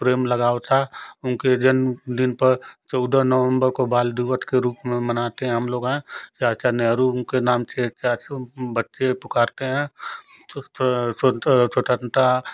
प्रेम लगाव था उनके जन्मदिन पर चौदह नवम्बर को बालदिवस के रूप में मानते हैं हम लोग हाँ चाचा नेहरु उनके नाम से चाचू बच्चे पुकारते हैं स्वतंत्रता